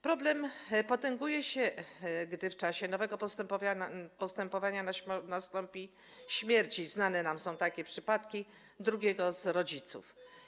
Problem potęguje się, gdy w czasie nowego postępowania nastąpi śmierć, i znane nam są takie przypadki, drugiego z rodziców.